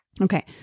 Okay